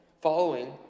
following